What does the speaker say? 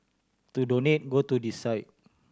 to donate go to this site